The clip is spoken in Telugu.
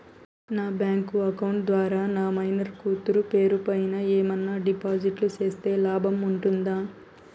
నా బ్యాంకు అకౌంట్ ద్వారా నా మైనర్ కూతురు పేరు పైన ఏమన్నా డిపాజిట్లు సేస్తే లాభం ఉంటుందా?